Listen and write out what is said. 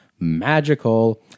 magical